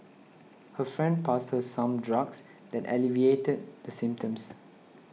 her friend passed her some drugs that alleviated the symptoms